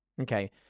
Okay